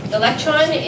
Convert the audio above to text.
electron